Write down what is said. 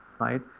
right